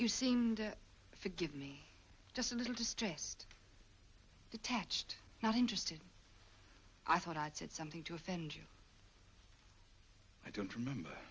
you seemed to give me just a little distressed detached not interested i thought i'd said something to offend you i don't remember